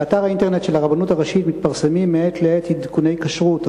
באתר האינטרנט של הרבנות הראשית מתפרסמים מעת לעת עדכוני כשרות,